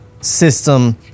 system